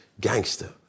gangster